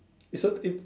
is a it